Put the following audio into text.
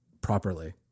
properly